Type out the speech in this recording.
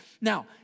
Now